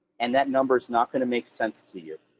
and that number's not going to make sense to you.